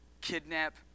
kidnap